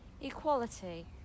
equality